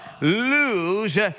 lose